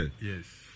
yes